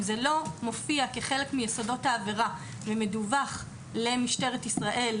אם זה לא מופיע כחלק מיסודות העבירה ומדווח למשטרת ישראל,